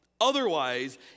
Otherwise